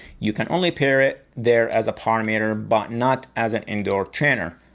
you can only pair it there as a power meter, but not as a indoor trainer.